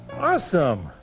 Awesome